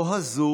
לא הזו